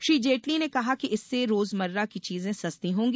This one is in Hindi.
श्री जेटली ने कहा कि इससे रोजमर्रा की चीजें सस्ती होंगी